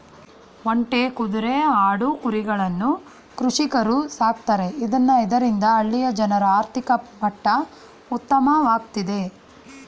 ಒಂಟೆ, ಕುದ್ರೆ, ಆಡು, ಕುರಿಗಳನ್ನ ಕೃಷಿಕರು ಸಾಕ್ತರೆ ಇದ್ನ ಇದರಿಂದ ಹಳ್ಳಿಯ ಜನರ ಆರ್ಥಿಕ ಮಟ್ಟ ಉತ್ತಮವಾಗ್ತಿದೆ